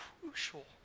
crucial